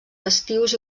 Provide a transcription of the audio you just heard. festius